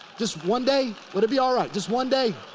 just one day. would it be alright? just one day.